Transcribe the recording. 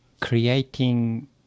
creating